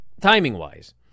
timing-wise